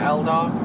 Eldar